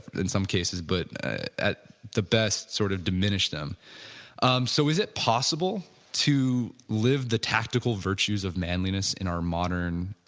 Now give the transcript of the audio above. in some cases, but the best sort of diminish them um so is it possible to live the tactical virtues of manliness in our modern